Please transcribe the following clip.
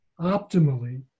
optimally